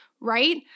right